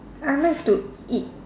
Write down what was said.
I like to eat